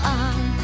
on